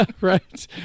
Right